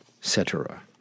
cetera